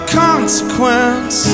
consequence